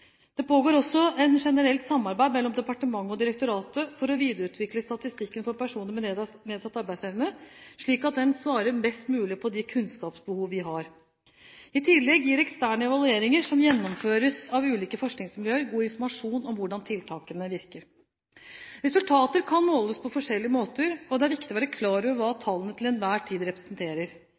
Det pågår også et generelt samarbeid mellom departementet og direktoratet for å videreutvikle statistikken for personer med nedsatt arbeidsevne, slik at den svarer best mulig på de kunnskapsbehov vi har. I tillegg gir eksterne evalueringer som gjennomføres av ulike forskningsmiljøer, god informasjon om hvordan tiltakene virker. Resultater kan måles på forskjellige måter, og det er viktig å være klar over hva tallene til enhver tid representerer.